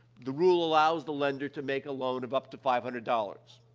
the rule allows the lender to make a loan of up to five hundred dollars.